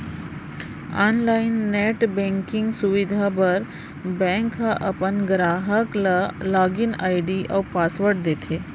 online net banking सुबिधा बर bank ह अपन गराहक ल लॉगिन आईडी अउ पासवर्ड देथे